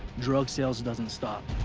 drug sales doesn't stop,